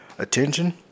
Attention